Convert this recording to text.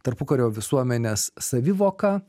tarpukario visuomenės savivoką